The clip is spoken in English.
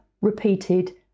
repeated